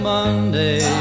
Monday